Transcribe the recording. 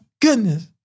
goodness